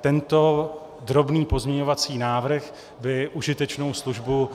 Tento drobný pozměňovací návrh by užitečnou službu